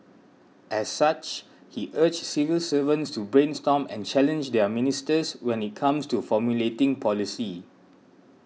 as such he urged civil servants to brainstorm and challenge their ministers when it comes to formulating policy